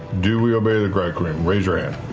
do we obey the bright queen, raise your hand.